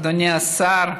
אדוני השר,